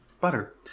butter